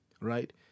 Right